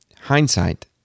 hindsight